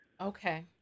Okay